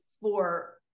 for-